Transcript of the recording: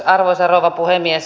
arvoisa rouva puhemies